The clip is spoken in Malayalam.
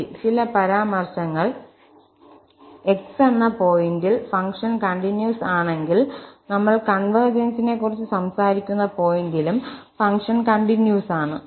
ശരി ചില പരാമർശങ്ങൾ x എന്ന പോയിന്റിൽ ഫംഗ്ഷൻ കണ്ടിന്യൂസ് ആണെങ്കിൽ നമ്മൾ കൺവെർജെൻസിനെക്കുറിച്ച് സംസാരിക്കുന്ന പോയിന്റിലും ഫംഗ്ഷൻ കണ്ടിന്യൂസ് ആണ്